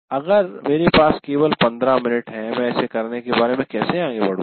अगर मेरे पास केवल 15 मिनट हैं मैं इसे करने के बारे में कैसे आगे बदूगा